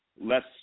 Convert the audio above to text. less